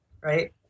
Right